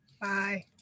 bye